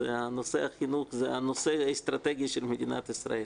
נושא החינוך הוא הנושא האסטרטגי של מדינת ישראל.